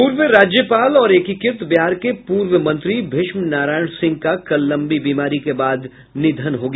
पूर्व राज्यपाल और एकीकृत बिहार के पूर्व मंत्री भीष्म नारायण सिंह का कल लंबी बीमारी के बाद निधन हो गया